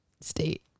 State